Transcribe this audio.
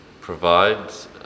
provides